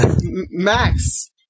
Max